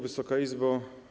Wysoka Izbo!